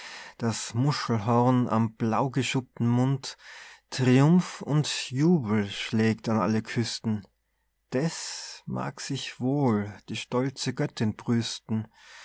das muschelhorn am blaugeschuppten mund triumph und jubel schlägt an alle küsten deß mag sich wohl die stolze göttin brüsten